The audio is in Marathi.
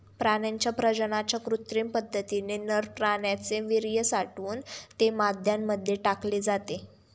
प्राण्यांच्या प्रजननाच्या कृत्रिम पद्धतीने नर प्राण्याचे वीर्य साठवून ते माद्यांमध्ये टाकले जाते